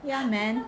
ya man